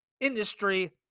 industry